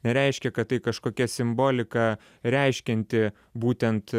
nereiškia kad tai kažkokia simbolika reiškianti būtent